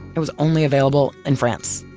it was only available in france.